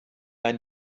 einen